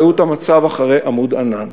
ראו את המצב אחרי "עמוד ענן".